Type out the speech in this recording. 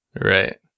right